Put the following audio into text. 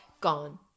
Gone